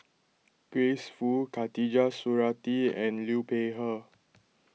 Grace Fu Khatijah Surattee and Liu Peihe